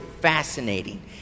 fascinating